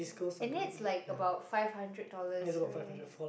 and that's like about five hundred dollars right